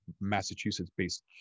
Massachusetts-based